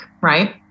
right